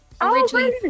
Originally